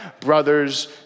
brothers